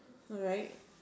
alright